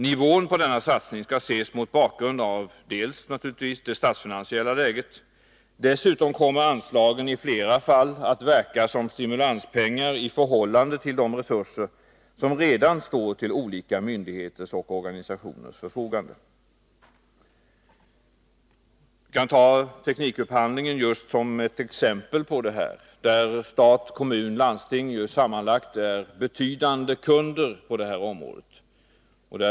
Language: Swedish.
Nivån på denna satsning skall ses mot bakgrund av det statsfinansiella läget. Dessutom kommer anslagen i flera fall att verka som stimulanspengar i förhållande till de resurser som redan står till olika myndigheters och organisationers förfogande. Som exempel på detta kan jag nämna teknikupphandlingen, där stat, kommuner och landsting sammantagna är betydande kunder när det gäller köp av ADB-utrustning.